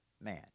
man